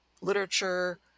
literature